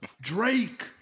Drake